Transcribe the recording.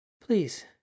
Please